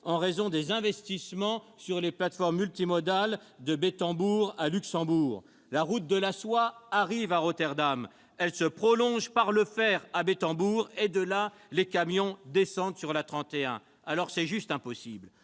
en raison des investissements sur les plateformes multimodales de Bettembourg au Luxembourg. La route de la soie arrive au port de Rotterdam. Elle se prolonge par le fer à Bettembourg. De là, les camions descendent par l'A31. C'est juste impossible